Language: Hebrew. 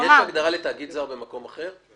יש הגדרה לתאגיד זר במקום אחר?